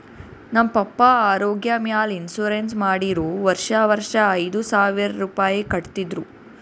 ನಮ್ ಪಪ್ಪಾ ಆರೋಗ್ಯ ಮ್ಯಾಲ ಇನ್ಸೂರೆನ್ಸ್ ಮಾಡಿರು ವರ್ಷಾ ವರ್ಷಾ ಐಯ್ದ ಸಾವಿರ್ ರುಪಾಯಿ ಕಟ್ಟತಿದ್ರು